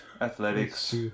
Athletics